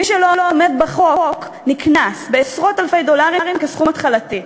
מי שלא עומד בחוק נקנס בעשרות אלפי דולרים כסכום התחלתי.